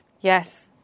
Yes